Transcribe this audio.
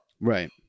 right